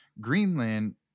Greenland